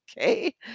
Okay